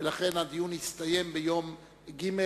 ולכן הדיון יסתיים ביום שלישי,